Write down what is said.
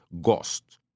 ghost